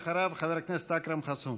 אחריו, חבר הכנסת אכרם חסון.